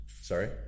sorry